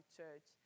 church